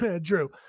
Drew